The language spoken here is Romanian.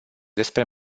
despre